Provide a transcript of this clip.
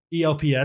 elps